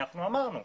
אנחנו יושבים ודנים.